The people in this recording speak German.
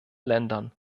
ländern